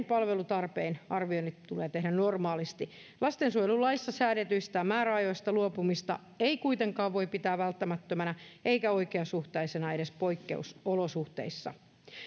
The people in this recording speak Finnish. palvelutarpeen arvioinnit tulee tehdä normaalisti lastensuojelulaissa säädetyistä määräajoista luopumista ei kuitenkaan voi pitää välttämättömänä eikä oikeasuhtaisena edes poikkeusolosuhteissa